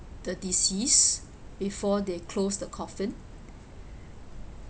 the deceased before they close the coffin